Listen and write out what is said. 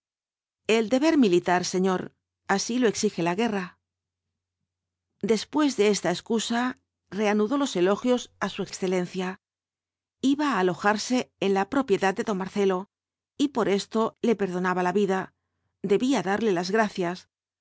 el deber militar señor así lo exige la guerra después de esta excusa reanudó los elogios á su excelencia iba á alojarse en la propiedad de don marcelo y por esto le perdonaba la vida debía darle las gracias